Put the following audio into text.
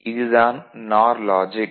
இது தான் நார் லாஜிக்